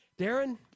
Darren